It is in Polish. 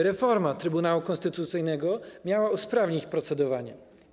Reforma Trybunału Konstytucyjnego miała usprawnić procedowanie.